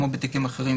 כמו בתיקים אחרים,